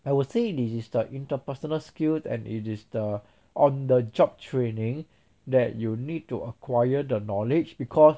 I will say this is the interpersonal skills and it is the on the job training that you need to acquire the knowledge because